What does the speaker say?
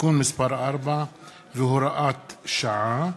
(תיקון מס' 4 והוראת שעה),